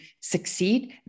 succeed